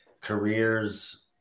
careers